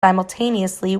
simultaneously